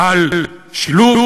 על שילוב